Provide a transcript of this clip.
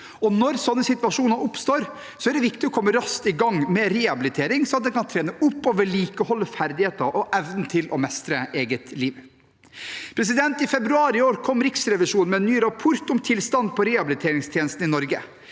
Når sånne situasjoner oppstår, er det viktig å komme raskt i gang med rehabilitering, slik at en kan trene opp og vedlikeholde ferdigheter og evnen til å mestre eget liv. I februar i år kom Riksrevisjonen med en ny rapport om tilstanden på rehabiliteringstjenestene i Norge.